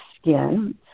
skin